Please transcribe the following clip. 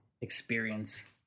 Experience